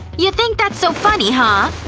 you think that's so funny, huh?